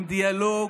עם דיאלוג.